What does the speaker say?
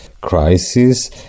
crisis